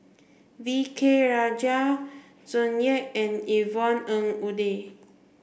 V K Rajah Tsung Yeh and Yvonne Ng Uhde